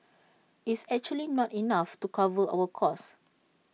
is actually not enough to cover our cost